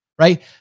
right